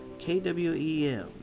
KWEM